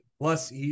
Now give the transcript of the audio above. Plus